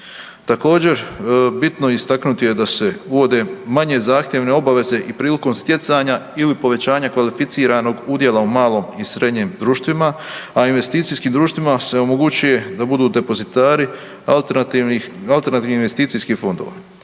Također bitno je istaknuti da se uvode manje zahtjevne obaveze i prilikom stjecanja ili povećanja kvalificiranog udjela u malom i srednjem društvima, a investicijskim društvima se omogućuje da budu depozitari alternativnih investicijskih fondova.